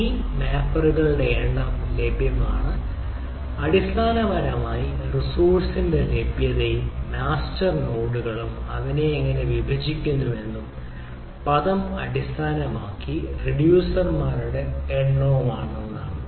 ഈ മാപ്പറുകളുടെ എണ്ണം ലഭ്യമാണ് അടിസ്ഥാനപരമായി റിസോഴ്സിന്റെ ലഭ്യതയും മാസ്റ്റർ നോഡുകൾ അതിനെ എങ്ങനെ വിഭജിക്കുന്നുവെന്നതും പദം അടിസ്ഥാനമാക്കി റിഡ്യൂസർമാരുടെ എണ്ണവും ആണ്